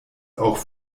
auch